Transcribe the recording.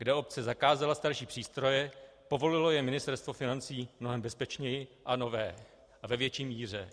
Kde obec zakázala starší přístroje, povolilo je Ministerstvo financí mnohem bezpečněji a nové a ve větší míře.